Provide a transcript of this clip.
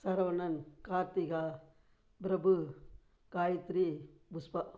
Saravanan Karthika Prabhu Gayathri Pushpa